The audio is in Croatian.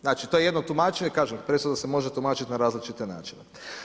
Znači to je jedno tumačenje, kažem, presuda se može tumačiti na različite načine.